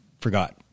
forgot